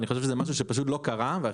אני חושב שזה משהו שפשוט לא קרה ואני